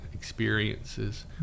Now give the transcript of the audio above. experiences